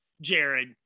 jared